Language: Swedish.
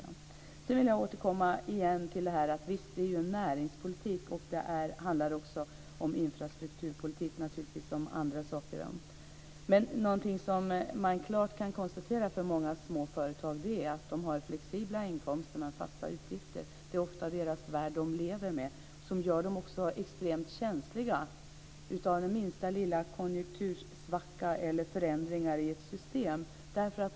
Sedan vill jag återkomma till att det är näringspolitik och att det också handlar om infrastrukturpolitik. Någonting som man kan konstatera gäller för många småföretag är att de har flexibla inkomster men fasta utgifter. Det är ofta den värld de lever i, och det gör dem extremt känsliga för den minsta lilla konjunktursvacka eller förändringar i ett system.